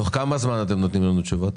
תוך כמה זמן תיתנו לנו תשובות?